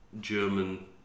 German